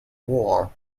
war